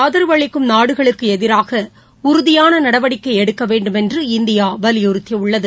ஆதரவு அளிக்கும் நாடுகளுக்கு எதிராக உறுதியான நடவடிக்கை எடுக்க வேண்டுமென்று இந்தியா வலியுறுத்தியுள்ளது